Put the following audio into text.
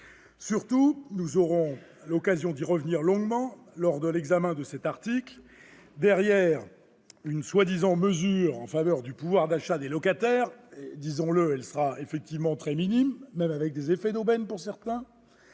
Surtout, nous aurons l'occasion d'y revenir longuement lors de l'examen de cet article, derrière une prétendue mesure en faveur du pouvoir d'achat des locataires, qui sera dans les faits très minime, malgré des effets d'aubaine pour certains,